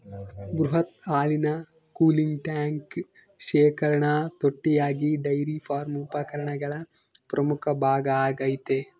ಬೃಹತ್ ಹಾಲಿನ cooling tank ಶೇಖರಣಾ ತೊಟ್ಟಿಯಾಗಿ ಡೈರಿ ಫಾರ್ಮ್ ಉಪಕರಣಗಳ ಪ್ರಮುಖ ಭಾಗ ಆಗೈತೆ